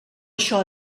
això